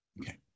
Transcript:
Okay